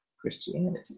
Christianity